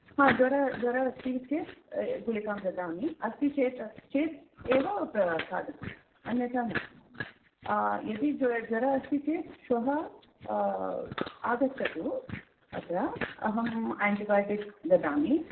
हा ज्वरः ज्वरः अस्ति चेत् गुलिकां ददामि अस्ति चेत् चेत् एव खादतु अन्यता न यदि ज्व ज्वरः अस्ति चेत् श्वः आगच्छतु अत्र अहं आण्टिबयाटिक् ददामि